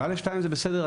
ב-(א2) זה בסדר,